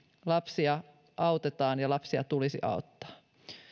lapsia autetaan ja lapsia tulisi auttaa